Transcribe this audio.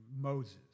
Moses